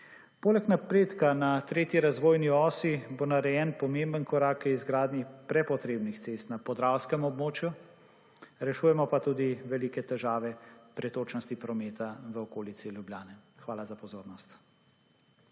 Poleg napredka na tretji razvojni osi bo narejen pomemben korak k izgradnji prepotrebnih cest na Podravskem območju, rešujemo pa tudi velike težave pretočnosti prometa v okolici Ljubljane. Hvala za pozornost.